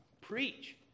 preach